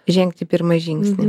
žengti pirmą žingsnį